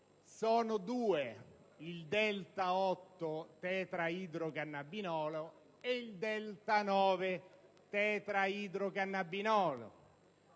sono due: il delta-8-tetraidrocannabinolo e il delta-9-tetraidrocannabinolo.